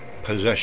Possession